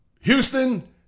Houston